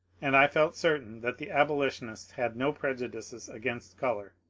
and i felt certain that the abolitionists had no prejudices against colour.